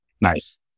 Nice